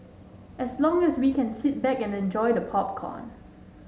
as long as we can sit back and enjoy the popcorn